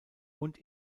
und